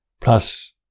Plus